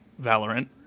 Valorant